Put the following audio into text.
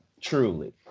truly